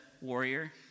Warrior